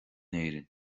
éirinn